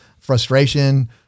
Frustration